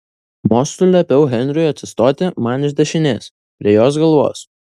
mostu liepiau henriui atsistoti man iš dešinės prie jos galvos